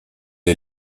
est